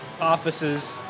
offices